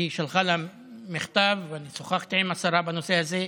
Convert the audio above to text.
היא שלחה לה מכתב, ואני שוחחתי עם השרה בנושא הזה,